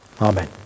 Amen